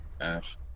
Ash